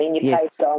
Yes